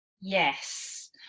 Yes